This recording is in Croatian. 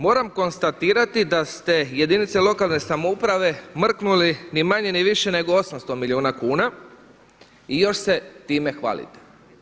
Moram konstatirati da ste jedinica lokalne samouprave mrknuli ni manje ni više nego 800 milijuna kuna i još se time hvalite.